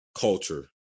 culture